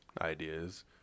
ideas